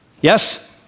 Yes